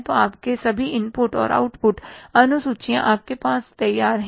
तो आपके सभी इनपुट और आउटपुट अनुसूचियां आपके पास तैयार हैं